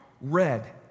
red